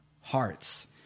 hearts